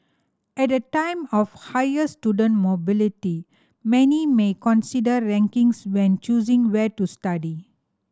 at a time of higher student mobility many may consider rankings when choosing where to study